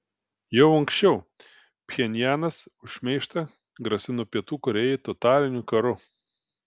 jau anksčiau pchenjanas už šmeižtą grasino pietų korėjai totaliniu karu